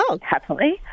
Happily